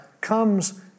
comes